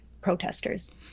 protesters